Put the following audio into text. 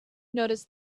noticed